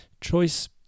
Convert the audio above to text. choice